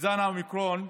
זן האומיקרון,